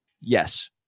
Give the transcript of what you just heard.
Yes